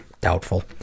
Doubtful